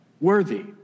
Worthy